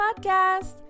Podcast